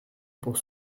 pour